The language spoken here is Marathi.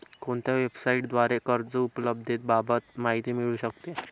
कोणत्या वेबसाईटद्वारे कर्ज उपलब्धतेबाबत माहिती मिळू शकते?